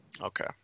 Okay